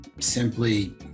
simply